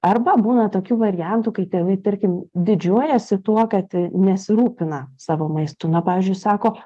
arba būna tokių variantų kai tėvai tarkim didžiuojasi tuo kad nesirūpina savo maistu na pavyzdžiui sako